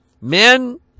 Men